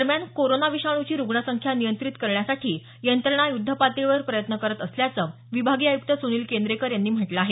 दरम्यान कोरोना विषाणूची रुग्णसंख्या नियंत्रित करण्यासाठी यंत्रणा युद्धपातळीवर प्रयत्न करत असल्याचं विभागीय आयुक्त सुनिल केंद्रेकर यांनी म्हटलं आहे